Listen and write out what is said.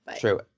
True